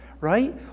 right